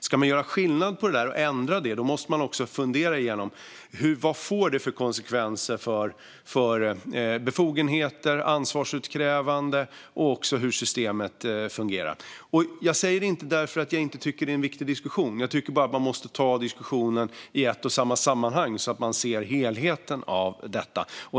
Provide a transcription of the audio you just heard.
Ska man göra skillnad på det och ändra det måste man fundera på: Vad får det för konsekvenser för befogenheter, ansvarsutkrävande och hur systemet fungerar? Jag säger det inte därför att jag inte tycker att det är en viktig diskussion. Jag tycker bara att man måste ta diskussionen i ett och samma sammanhang så att man ser helheten av detta.